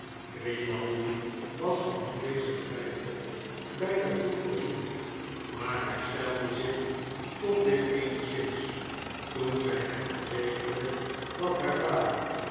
grimaldi was van vrees en twijfel beide goed voorzien maar herstelde zich toch weer eenigszins toen zy hem verzekerde dat haar vader